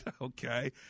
Okay